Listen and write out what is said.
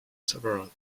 several